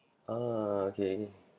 a'ah okay